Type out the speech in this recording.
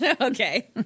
Okay